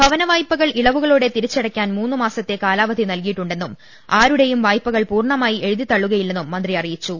ഭവനവായ്പകൾ ഇളവുകളോടെ തിരിച്ചടയ്ക്കാൻ മൂന്ന് മാസത്തെ കാലാവധി നൽകിയിട്ടുണ്ടെന്നും ആരുടേയും വായ്പകൾ പൂർണ്ണമായി എഴുതി തള്ളുകയില്ലെന്നും മന്ത്രി അറിയിച്ചു